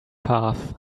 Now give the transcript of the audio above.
path